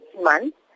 months